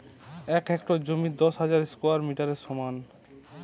এক হেক্টর জমি দশ হাজার স্কোয়ার মিটারের সমান